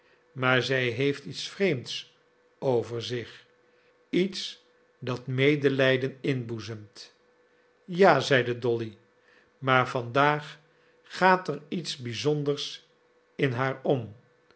maar zij heeft iets vreemds over zich iets dat medelijden inboezemt ja zeide dolly maar vandaag gaat er iets bizonders in haar om